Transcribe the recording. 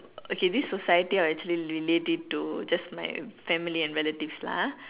okay this society I'll actually just limit it to just my family and relative lah ah